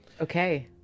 okay